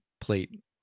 plate